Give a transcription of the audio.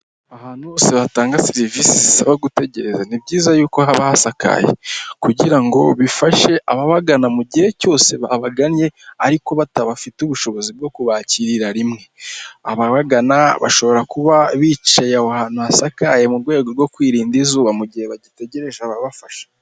Ahantu hose batanga serivisi zisaba gutegereza ni byiza yuko haba hasakaye kugira ngo bifashe ababagana mu gihe cyose babagannye ariko badafite ubushobozi bwo kubakirira rimwe ababagana, bashobora kuba bicaye aho ahantu hasakaye mu rwego rwo kwirinda izuba mu gihe bagitegereje ababafasha.